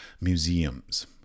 museums